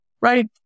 right